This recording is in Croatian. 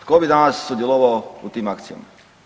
Tko bi danas sudjelovao u tim akcijama?